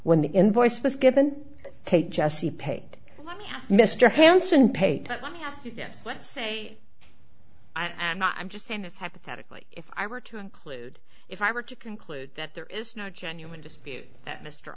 when the invoice was given take jesse paid mr hanson paid yes let's say i'm not i'm just saying this hypothetically if i were to include if i were to conclude that there is no genuine dispute that mr